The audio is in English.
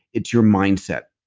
it's your mindset.